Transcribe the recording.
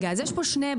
לא, יש פה דברים